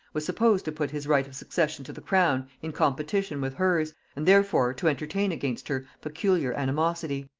was supposed to put his right of succession to the crown in competition with hers, and therefore to entertain against her peculiar animosity.